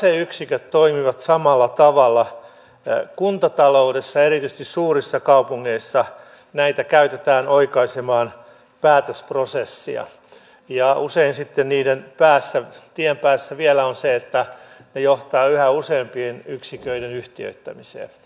nämä taseyksiköt toimivat samalla tavalla kuntataloudessa ja erityisesti suurissa kaupungeissa näitä käytetään oikaisemaan päätösprosessia ja usein sitten niiden tien päässä vielä on se että ne johtavat yhä useampien yksiköiden yhtiöittämiseen